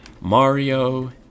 Mario